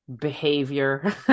behavior